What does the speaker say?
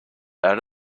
out